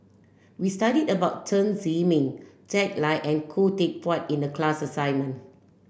we studied about Chen Zhiming Jack Lai and Khoo Teck Puat in the class assignment